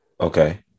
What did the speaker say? Okay